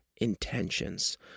intentions